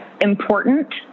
important